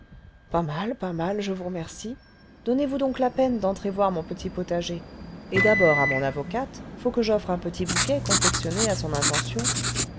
pas mal pas mal je vous remercie donnez-vous donc la peine d'entrer voir mon petit potager et d'abord à mon avocate faut que j'offre un petit bouquet confectionné à son intention